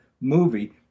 movie